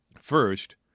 First